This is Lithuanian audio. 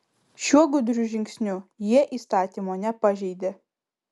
šiuo gudriu žingsniu jie įstatymo nepažeidė